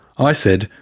i said,